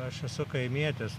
aš esu kaimietis